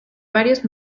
varios